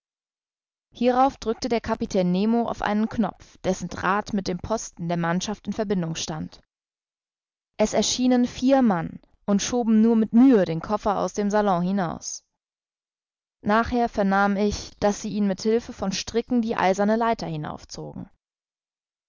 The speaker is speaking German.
hierauf drückte der kapitän nemo auf einen knopf dessen draht mit dem posten der mannschaft in verbindung stand es erschienen vier mann und schoben nur mit mühe den koffer aus dem salon hinaus nachher vernahm ich daß sie ihn mit hilfe von stricken die eiserne leiter